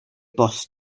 bost